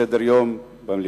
על סדר-היום.